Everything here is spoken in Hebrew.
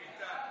איתן,